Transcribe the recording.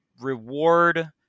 reward